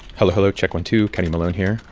hello. hello. check one, two. kenny malone here,